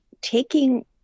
taking